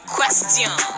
Question